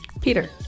Peter